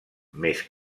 més